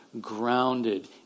grounded